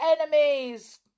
enemies